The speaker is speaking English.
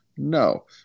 No